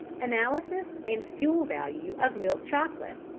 analysis and fuel value of milk chocolate.